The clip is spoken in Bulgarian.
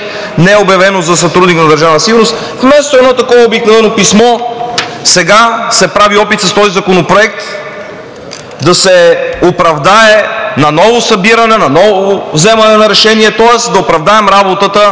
е обявено за сътрудник на Държавна сигурност, вместо едно такова обикновено писмо, сега се прави опит с този законопроект да се оправдае наново събиране, наново вземане на решение, тоест да оправдаем работата